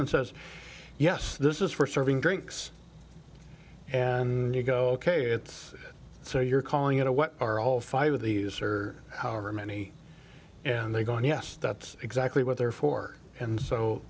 and says yes this is for serving drinks and you go ok it's so you're calling it a what are all five of these or however many and they going yes that's exactly what they're for and so